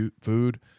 food